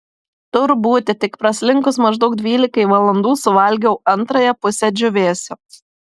tur būti tik praslinkus maždaug dvylikai valandų suvalgiau antrąją pusę džiūvėsio